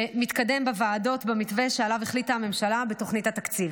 שמתקדם בוועדות במתווה שעליו החליטה הממשלה בתוכנית התקציב.